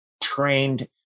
trained